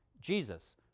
Jesus